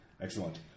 Excellent